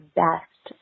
best